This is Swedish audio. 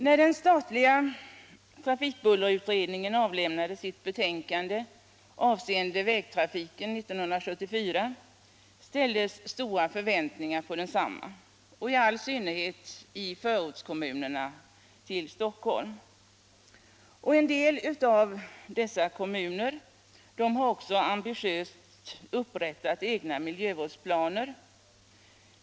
När den statliga trafikbullerutredningen 1974 avlämnade sitt betänkande avseende vägtrafiken ställdes stora förväntningar på förslagen, i all synnerhet i förortskommunerna till Stockholm. En del av dessa kommuner har också ambitiöst upprättat egna miljövårdsplaner.